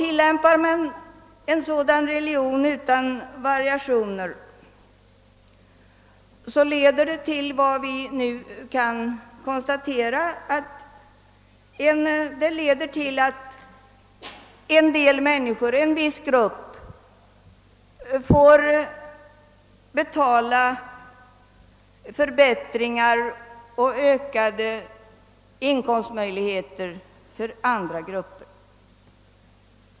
Tillämpar man en sådan religion utan variationer leder det till, som vi nu kunnat konstatera, att en del människor får betala förbättringarna och de ökade inkomstmöjligheterna för andra grupper.